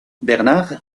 bernard